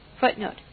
Footnote